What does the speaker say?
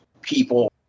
people –